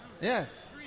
Yes